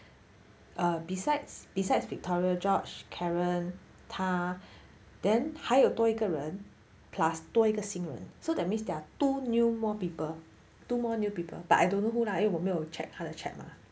err besides besides victoria george karen 他 then 还有多一个人 plus 多一个新人 so that means there are two new more people two more new people but I don't know who lah 因为我没有 check 他的 chat lah